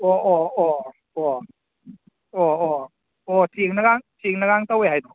ꯑꯣ ꯑꯣ ꯑꯣ ꯑꯣ ꯑꯣ ꯑꯣ ꯑꯣ ꯆꯦꯡꯅꯒꯥꯡ ꯆꯦꯡꯅꯒꯥꯡ ꯇꯧꯋꯦ ꯍꯥꯏꯗꯣ